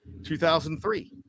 2003